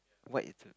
white